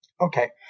Okay